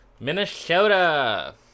minnesota